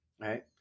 Right